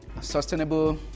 Sustainable